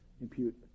impute